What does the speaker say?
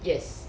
yes